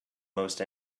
most